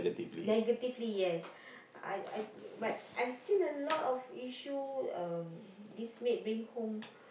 negatively yes I I but I've seen a lot of issue um this maid bring home